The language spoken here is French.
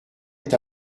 est